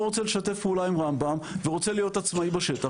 רוצה לשתף פעולה עם רמב"ם ורוצה להיות עצמאי בשטח,